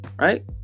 right